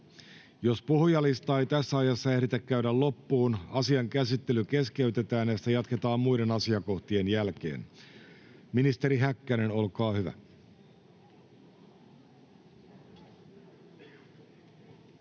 Jos puhujalistaa ei tässä ajassa ehditä käydä loppuun, asian käsittely keskeytetään ja sitä jatketaan muiden asiakohtien jälkeen. — Edustaja Elo, olkaa hyvä.